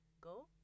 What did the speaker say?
Go